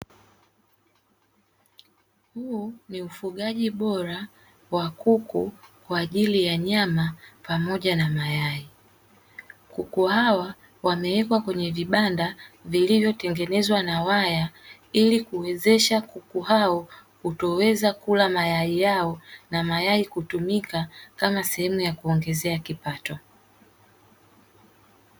Huu ni ufugaji bora wa kuku kwa ajili ya nyama pamoja na mayai. Kuku hawa wamewekwa kwenye vibanda vilivyotengenezwa na waya ili kuwezesha kuku hao kutoweza kula mayai yao na mayai kutumika kama sehemu ya kuongezea kipato.